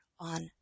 on